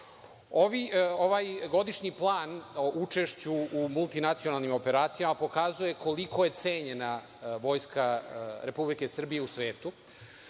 godišnji plan o učešću u multinacionalnim operacijama pokazuje koliko je cenjena Vojska Republike Srbije u svetu.